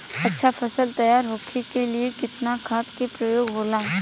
अच्छा फसल तैयार होके के लिए कितना खाद के प्रयोग होला?